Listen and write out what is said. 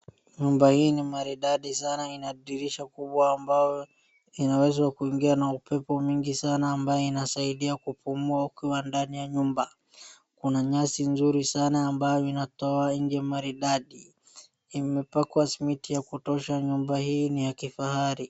Nyumba hii ni maridadi ina dirisha kubwa sana ambayo inaweza kuingiwa na upepo mingi sana ambayo inasidia kupumua ukiwa ndani ya nyumba. Kuna nyasi nzuri sana ambayo inatoa nje maridadi. Imepakwa simiti ya kutosha. Nyumba hii ni ya kifahari.